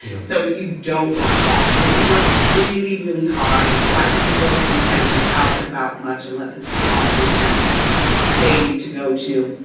so you don't want that. so we worked really, really hard. it's why people don't see editors out and about much unless it's an author event that they need to go to.